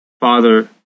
father